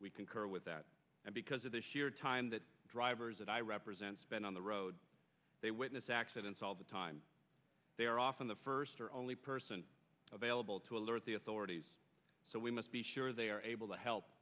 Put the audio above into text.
we concur with that and because of this year time that drivers that i represent spend on the road they witness accidents all the time they are often the first or only person available to alert the authorities so we must be sure they are able to help